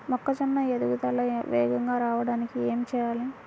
మొక్కజోన్న ఎదుగుదల వేగంగా రావడానికి ఏమి చెయ్యాలి?